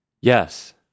yes